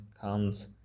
comes